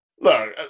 Look